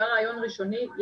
היה רעיון ראשוני,